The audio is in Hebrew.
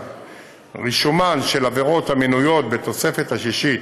ורישומן של עבירות המנויות בתוספת השישית